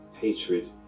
hatred